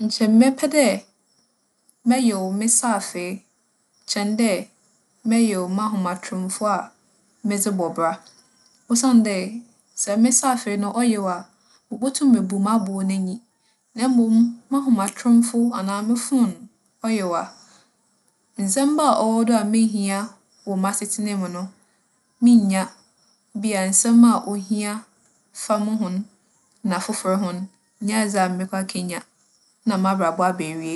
Nkyɛ mɛpɛ dɛ mɛyew me saafee kyɛn dɛ mɛyew m'ahomatromfo a medze bͻ bra. Osiandɛ, sɛ me saafee no, ͻyew a, wobotum ebu m'abow n'enyi. Na mbom, m'ahomatromfo anaa mo foon ͻyew a, ndzɛmba a ͻwͻ do a mehia wͻ masetsena mu no, minnya. Bi a nsɛm a ohia fa mo ho no, na afofor ho no, nnyɛ adze a mͻkͻ akenya, na m'abrabͻ aba ewiei.